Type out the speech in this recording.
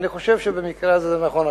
אני חושב שבמקרה הזה זה נכון.